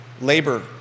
labor